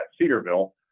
Cedarville